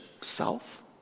self